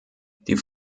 die